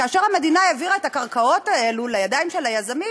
כאשר המדינה העבירה את הקרקעות האלה לידיים של היזמים,